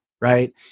right